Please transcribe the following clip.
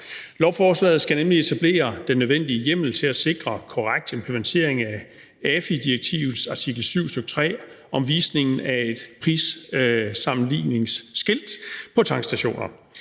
Lovforslaget skal nemlig etablere den nødvendige hjemmel til at sikre korrekt implementering af AFI-direktivets artikel 7, stk. 3, om visningen af et prissammenligningsskilt på tankstationer,